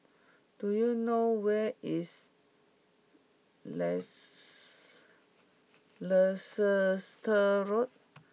do you know where is Leicester Road